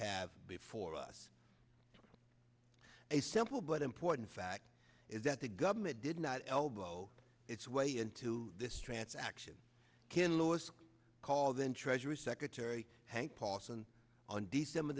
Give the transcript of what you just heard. have before us a simple but important fact is that the government did not elbow its way into this transaction kinloss call then treasury secretary hank paulson on december